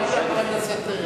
בבקשה, חבר הכנסת.